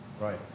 Right